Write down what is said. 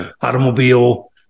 automobile